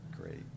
Great